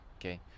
okay